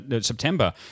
September